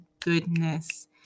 goodness